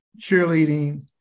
cheerleading